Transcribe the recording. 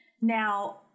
Now